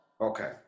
Okay